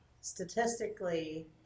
statistically